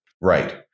Right